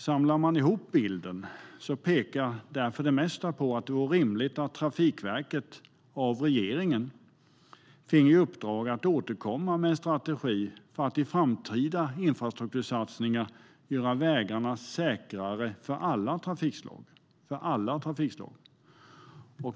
I den samlade bilden pekar därför det mesta på att det vore rimligt att Trafikverket av regeringen finge i uppdrag att återkomma med en strategi för att i framtida infrastruktursatsningar göra vägarna säkrare för alla trafikslag.